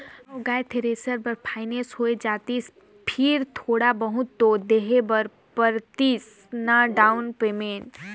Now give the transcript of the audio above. हव गा थेरेसर बर फाइनेंस होए जातिस फेर थोड़ा बहुत तो देहे बर परतिस ना डाउन पेमेंट